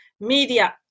media